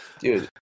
Dude